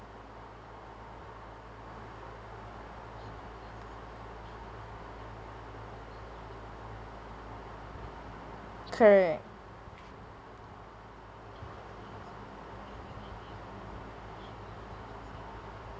correct